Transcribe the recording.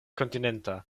kontinenta